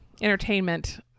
entertainment